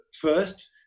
first